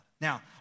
Now